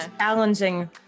challenging